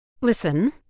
Listen